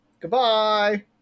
Goodbye